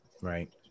Right